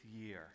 year